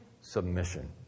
submission